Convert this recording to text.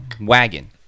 wagon